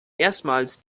erstmals